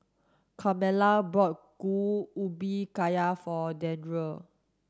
Carmella bought Kuih Ubi Kayu for Dandre